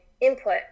input